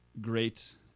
great